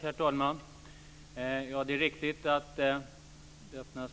Herr talman! Det är riktigt att det öppnas